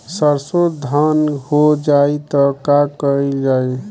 सरसो धन हो जाई त का कयील जाई?